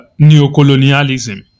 neocolonialism